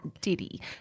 Diddy